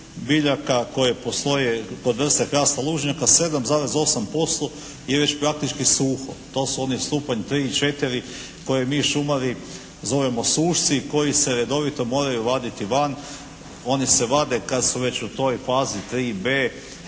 biljaka koje postoje kod vrste hrasta lužnjaka, 7,8% je već praktički suho. To su oni stupanj 3 i 4 koje mi šumari zovemo sušci i koji se redovito moraju vaditi van, oni se vade kad su već u toj fazi 3b